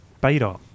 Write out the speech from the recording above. beta